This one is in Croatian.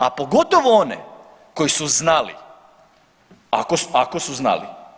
A pogotovo one koji su znali, ako su znali.